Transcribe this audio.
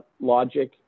logic